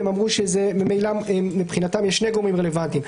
הם אמרו שממילא מבחינתם יש שני גורמים רלוונטיים.